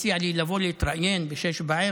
הציע לי לבוא להתראיין ב-18:00,